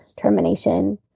termination